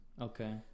Okay